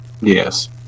Yes